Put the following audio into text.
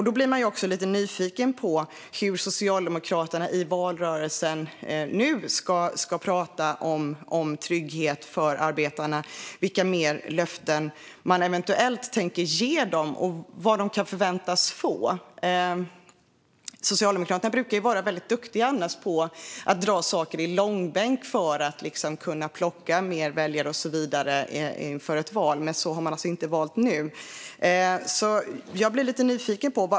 Då blir jag lite nyfiken på hur Socialdemokraterna i valrörelsen nu ska prata om trygghet för arbetarna, vilka mer löften man eventuellt tänker ge dem och vad de kan förväntas att få. Socialdemokraterna brukar annars vara väldigt duktiga på att dra saker i långbänk för att kunna plocka fler väljare och så vidare inför ett val. Men så har man inte valt att göra nu. Jag blir lite nyfiken.